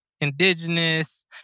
Indigenous